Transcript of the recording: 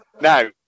now